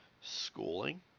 schooling